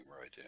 right